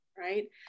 Right